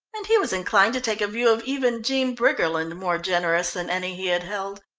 and he was inclined to take a view of even jean briggerland, more generous than any he had held.